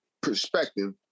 perspective